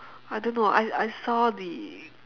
I don't know I I saw the